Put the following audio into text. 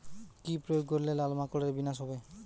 কি প্রয়োগ করলে লাল মাকড়ের বিনাশ হবে?